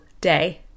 day